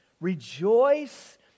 Rejoice